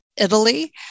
Italy